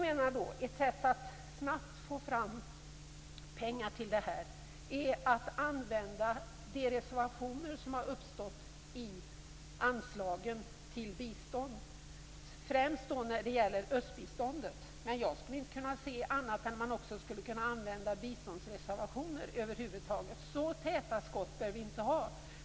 Ett sätt att snabbt få fram pengar till det här är att använda de reservationer som har uppstått i anslagen till bistånd, främst när det gäller östbiståndet. Men jag kan inte se annat än att man också skulle kunna använda biståndsreservationer över huvud taget. Så täta skott behöver det inte vara.